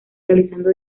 realizando